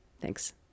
Thanks